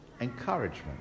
encouragement